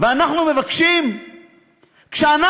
ואנחנו מתבקשים כשאנחנו,